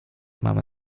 mamy